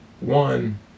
one